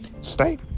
stay